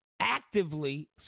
Actively